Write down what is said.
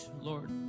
Lord